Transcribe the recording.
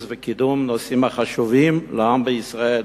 ולקידום של הנושאים החשובים לעם בישראל.